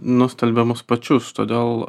nustelbia mus pačius todėl